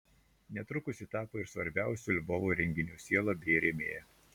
netrukus ji tapo ir svarbiausių lvovo renginių siela bei rėmėja